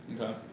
Okay